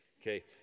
Okay